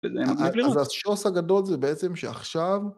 אז השוס הגדול זה בעצם שעכשיו...